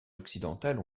occidentales